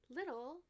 little